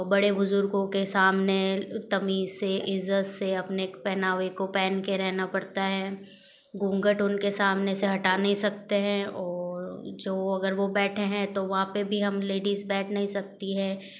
बड़े बुजुर्गों के सामने तमीज़ से इज्ज़त से अपने पहनावे को पहन के रहना पड़ता है घूंघट उनके सामने से हटा नहीं सकते हैं और जो अगर वो बैठे हैं तो वहाँ पर भी हम लेडिस बैठ नहीं सकती हैं